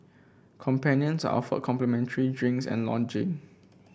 companions are offered complimentary drinks and lodging